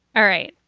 all right.